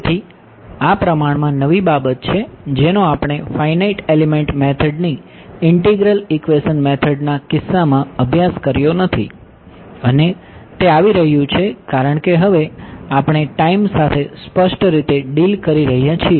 તેથી આ પ્રમાણમાં નવી બાબત છે જેનો આપણે ફાઇનાઇટ એલિમેંટ મેથડની ઇંટીગ્રલ ઈક્વેશન મેથડના કિસ્સામાં અભ્યાસ કર્યો નથી અને તે આવી રહ્યું છે કારણ કે હવે આપણે ટાઈમ સાથે સ્પષ્ટ રીતે ડીલ કરી રહ્યા છીએ